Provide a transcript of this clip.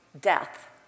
death